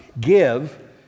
give